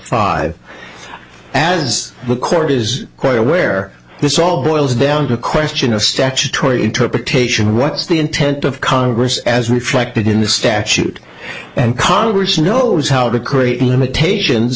five as the court is quite aware this all boils down to a question of statutory interpretation what's the intent of congress as reflected in the statute and congress knows how to create limitations